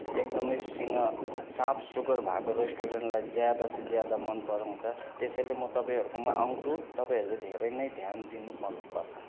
एकदमसँग साफ सुग्घर भएको रेस्टुरेन्टलाई ज्यादा सो ज्यादा मन पराउँछ त्यसैले म तपाईँहरूकोमा आउँछु तपाईँहरूले धेरै नै ध्यान दिनु पर पर्छ